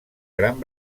gran